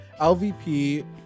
LVP